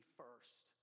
first